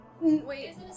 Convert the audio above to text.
Wait